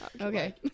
Okay